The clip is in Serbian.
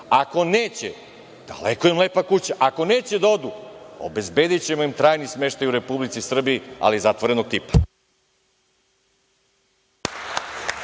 Ako neće, daleka im lepa kuća. Ako neće da odu, obezbedićemo im trajni smeštaj u Republici Srbiji, ali zatvorenog tipa.